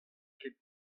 ket